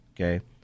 Okay